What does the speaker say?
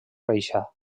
reixa